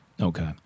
Okay